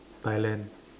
Thailand